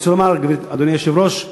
אני רוצה לומר, אדוני היושב-ראש,